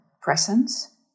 presence